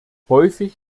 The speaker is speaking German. häufig